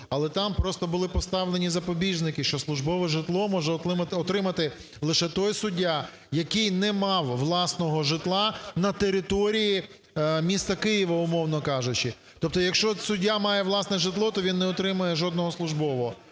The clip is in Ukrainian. але там просто були поставлені запобіжники, що службове житло може отримати лише той суддя, який не мав власного житла на території міста Києва, умовно кажучи. Тобто якщо суддя має власне житло, то він не отримує жодного службового.